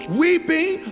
weeping